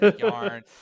yarn